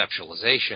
conceptualization